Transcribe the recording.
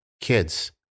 Kids